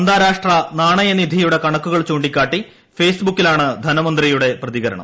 അന്താരാഷ്ട്ര നാണയ നിധിയുടെ കണക്കുകൾ ചൂണ്ടിക്കാട്ടി ഫെയ്സ്ബുക്കിലാണ് ധനമന്ത്രിയുടെ പ്രതികര ണം